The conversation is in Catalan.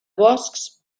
boscs